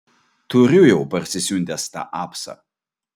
turiu jau parsisiuntęs tą apsą